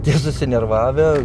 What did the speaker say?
tie susinervavę